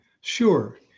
Sure